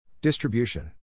Distribution